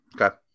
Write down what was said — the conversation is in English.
Okay